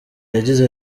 yagize